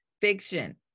Fiction